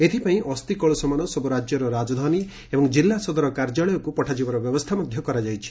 ଏଥିପାଇଁ ଅସ୍ତି କଳସମାନ ସବୁ ରାଜ୍ୟର ରାଜଧାନୀ ଏବଂ ଜିଲ୍ଲା ସଦର କାର୍ଯ୍ୟାଳୟକୁ ପଠାଯିବାର ବ୍ୟବସ୍ଥା କରାଯାଇଛି